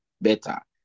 better